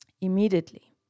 immediately